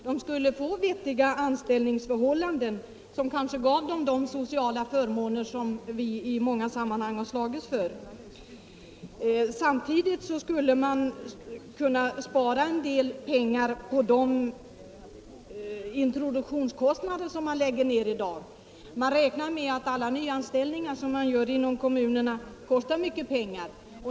De vill få vettiga anställningsförhållanden, som kanske ger dem de sociala förmåner som vpk i många sammanhang har slagits för. Samtidigt skulle man kunna spara en del pengar på de introduktionskostnader som man lägger ner i dag. Det räknas med att alla nyanställningar inom kom munerna kostar mycket pengar.